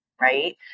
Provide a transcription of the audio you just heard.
right